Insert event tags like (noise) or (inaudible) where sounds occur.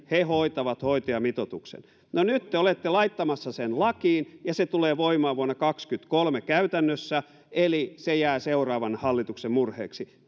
he hoitavat hoitajamitoituksen nyt te te olette laittamassa sen lakiin ja se tulee voimaan vuonna kaksikymmentäkolme käytännössä eli se jää seuraavan hallituksen murheeksi (unintelligible)